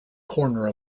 corner